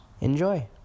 Enjoy